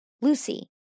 Lucy